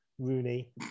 Rooney